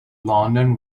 london